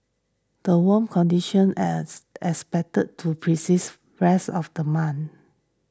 the warm conditions as as expected to persist rest of the month